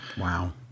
Wow